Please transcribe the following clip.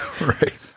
Right